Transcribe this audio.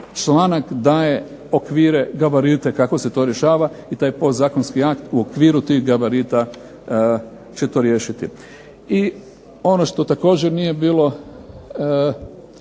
članak daje okvire, gabarite kako se to rješava i taj podzakonski akt u okviru tih gabarita će to riješiti. I ono što također nije bilo